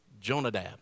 Jonadab